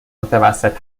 متوسط